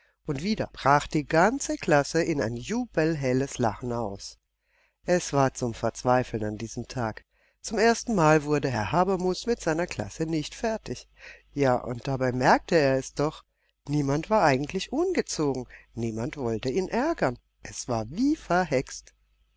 und wieder brach die ganze klasse in ein jubelhelles lachen aus es war zum verzweifeln an diesem tag zum erstenmal wurde herr habermus mit seiner klasse nicht fertig ja und dabei merkte er es doch niemand war eigentlich ungezogen niemand wollte ihn ärgern es war wie verhext